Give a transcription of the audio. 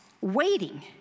waiting